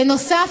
בנוסף,